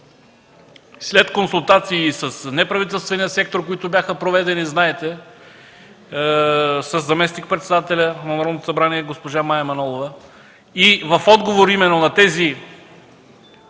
след консултации с неправителствения сектор, които бяха проведени, знаете, със заместник-председателя на Народното събрание госпожа Мая Манолова, и в отговор именно на тези